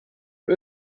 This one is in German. und